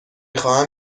خواهم